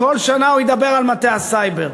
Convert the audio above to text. כל שנה הוא ידבר על מטה הסייבר,